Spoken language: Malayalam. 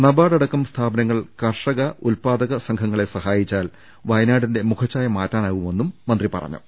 നബാർഡ് അടക്കം സ്ഥാപനങ്ങൾ കർഷക ഉത്പാദക സംഘ ങ്ങളെ സഹായിച്ചാൽ വയനാടിന്റെ മുഖച്ഛായ മാറ്റാനാകുമെന്നും മന്ത്രി പറഞ്ഞു